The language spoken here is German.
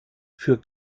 für